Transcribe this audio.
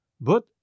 But